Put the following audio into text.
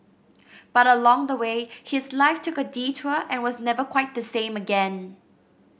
but along the way his life took a detour and was never quite the same again